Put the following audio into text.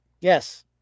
Yes